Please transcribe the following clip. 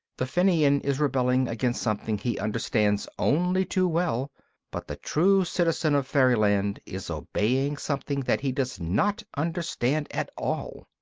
the fenian is rebelling against something he understands only too well but the true citizen of fairyland is obeying something that he does not understand at all.